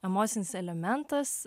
emocinis elementas